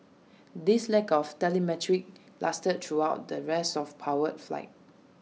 this lack of telemetry lasted throughout the rest of powered flight